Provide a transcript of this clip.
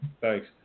Thanks